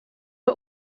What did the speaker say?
are